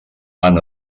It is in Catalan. han